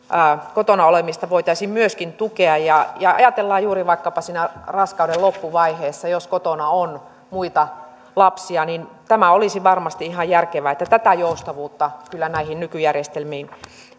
kotona olemista voitaisiin tukea ajatellaan vaikkapa juuri raskauden loppuvaihetta jos silloin kotona on muita lapsia niin tämä olisi varmasti ihan järkevää tätä joustavuutta näihin nykyjärjestelmiin